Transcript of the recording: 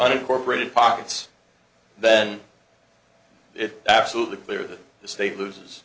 unincorporated pockets then it's absolutely clear that the state loses